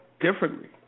differently